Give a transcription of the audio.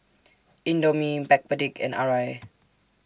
Indomie Backpedic and Arai